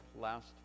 last